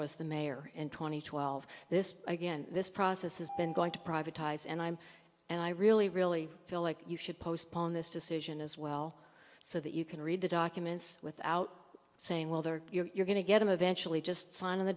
was the mayor in two thousand and twelve this again this process has been going to privatized and i'm and i really really feel like you should postpone this decision as well so that you can read the documents without saying well there you're going to get him eventually just sign on the